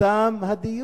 תם הדיון.